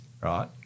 right